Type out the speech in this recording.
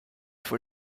for